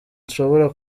ushobora